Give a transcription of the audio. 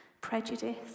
prejudice